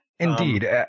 Indeed